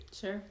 Sure